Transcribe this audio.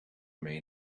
may